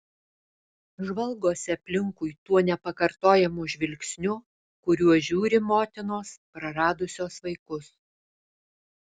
žvalgosi aplinkui tuo nepakartojamu žvilgsniu kuriuo žiūri motinos praradusios vaikus